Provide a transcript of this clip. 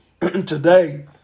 today